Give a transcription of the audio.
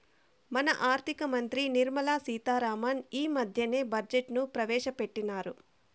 మన ఆర్థిక మంత్రి నిర్మలా సీతా రామన్ ఈ మద్దెనే బడ్జెట్ ను ప్రవేశపెట్టిన్నారు